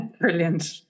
Brilliant